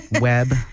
web